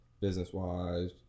business-wise